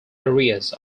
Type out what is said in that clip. areas